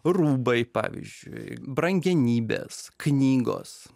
rūbai pavyzdžiui brangenybės knygos